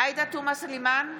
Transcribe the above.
עאידה תומא סלימאן,